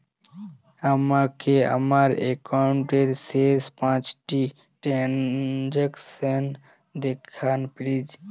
আমাকে আমার একাউন্টের শেষ পাঁচটি ট্রানজ্যাকসন দেখান প্লিজ